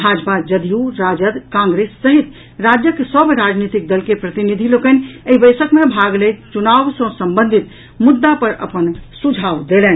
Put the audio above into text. भाजपा जदयू राजद कांग्रेस सहित राज्यक सभ राजनीतिक दल के प्रतिनिधि लोकनि एहि बैसक मे भाग लैत चुनाव सँ संबंधित मुद्दा पर अपन सुझाव देलनि